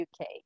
UK